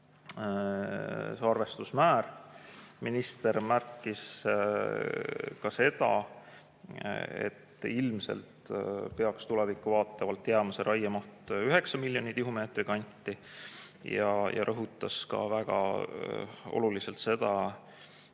arvestusmäär. Minister märkis ka seda, et ilmselt peaks tulevikku vaatavalt jääma see raiemaht 9 miljoni tihumeetri kanti, ja rõhutas ka väga oluliselt seda